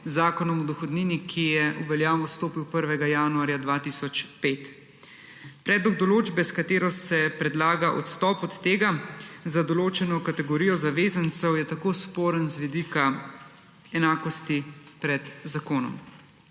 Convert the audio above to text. Zakonom o dohodnini, ki je v veljavo stopil 1. januarja 2005. Predlog določbe, s katero se predlaga odstop od tega za določeno kategorijo zavezancev, je tako sporen z vidika enakosti pred zakonom,